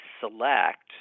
select